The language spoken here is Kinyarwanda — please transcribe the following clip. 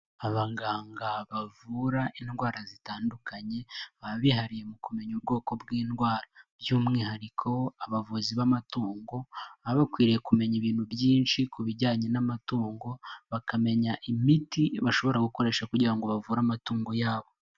Abaganga bavura indwara zitandukanye baba bihariye mu kumenya ubwoko bw'indwara. Byumwihariko, abavuzi b'amatungo baba bakwiriye kumenya ibintu byinshi ku bijyanye n'amatungo, bakamenya imiti bashobora gukoresha kugira ngo bavure amatungo yabo.